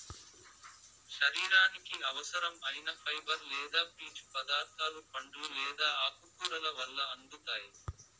శరీరానికి అవసరం ఐన ఫైబర్ లేదా పీచు పదార్థాలు పండ్లు లేదా ఆకుకూరల వల్ల అందుతాయి